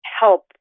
help